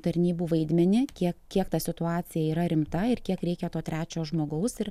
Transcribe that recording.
tarnybų vaidmenį kiek kiek ta situacija yra rimta ir kiek reikia to trečio žmogaus ir